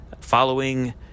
Following